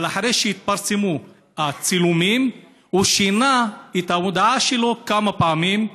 אבל אחרי שהתפרסמו הצילומים הוא שינה את ההודעה שלו כמה פעמים,